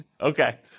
Okay